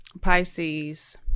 pisces